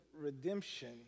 redemption